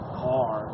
car